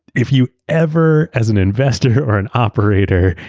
if you ever, as an investor or an operator,